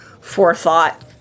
forethought